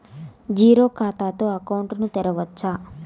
Zero ఖాతా తో account ను తెరవచ్చా?